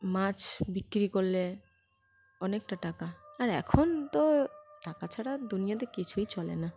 মাছ বিক্রি করলে অনেকটা টাকা আর এখন তো টাকা ছাড়া দুনিয়াতে কিছুই চলে না